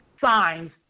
signs